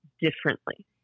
differently